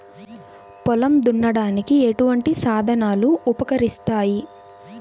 పొలం దున్నడానికి ఎటువంటి సాధనాలు ఉపకరిస్తాయి?